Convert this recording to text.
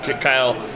Kyle